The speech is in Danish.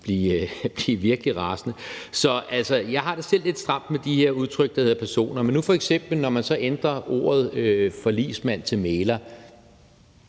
blive virkelig rasende. Så jeg har det selv lidt stramt med de her udtryk, der hedder noget med person. Men når man nu f.eks. ændrer ordet forligsmand til ordet